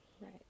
Right